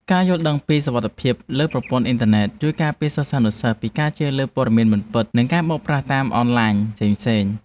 ការយល់ដឹងពីសុវត្ថិភាពលើប្រព័ន្ធអ៊ីនធឺណិតជួយការពារសិស្សានុសិស្សពីការជឿលើព័ត៌មានមិនពិត និងការបោកប្រាស់តាមអនឡាញផ្សេងៗ។